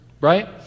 right